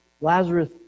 Lazarus